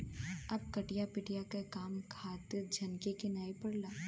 अब कटिया पिटिया के काम खातिर झनके के नाइ पड़ला